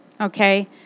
Okay